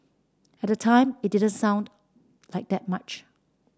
at the time it didn't sound like that much